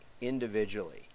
individually